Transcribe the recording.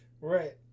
Right